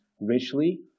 richly